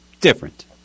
different